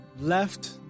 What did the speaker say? left